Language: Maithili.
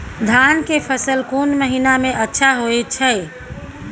धान के फसल कोन महिना में अच्छा होय छै?